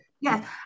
Yes